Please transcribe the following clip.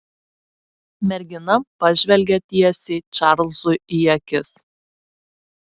mergina pažvelgė tiesiai čarlzui į akis